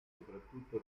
soprattutto